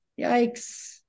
yikes